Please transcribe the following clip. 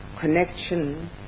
connection